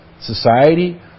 society